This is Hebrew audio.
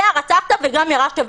זה הרצחת וגם ירשת.